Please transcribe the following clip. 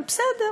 אבל בסדר,